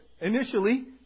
initially